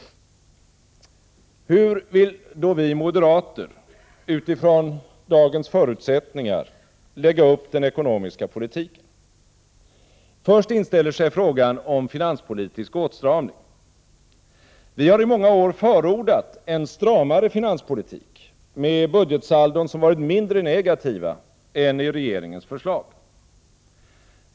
Hur vill då vi moderater utifrån dagens förutsättningar lägga upp den ekonomiska politiken? Först inställer sig frågan om finanspolitisk åtstramning. Vi har i många år förordat en stramare finanspolitik med budgetsaldon som varit mindre negativa än i regeringens förslag.